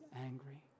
angry